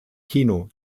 kino